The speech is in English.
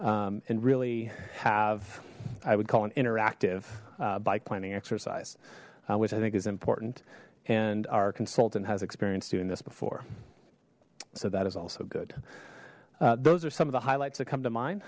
yet and really have i would call an interactive bike planning exercise which i think is important and our consultant has experienced doing this before so that is also good those are some of the highlights that come to mind